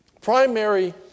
primary